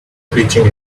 preaching